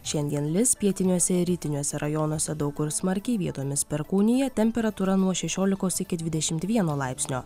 šiandien lis pietiniuose ir rytiniuose rajonuose daug kur smarkiai vietomis perkūnija temperatūra nuo šešiolikos iki dvidešimt vieno laipsnio